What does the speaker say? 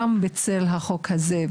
גם בצל החוק הזה.